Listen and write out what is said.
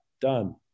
done